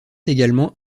également